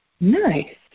nice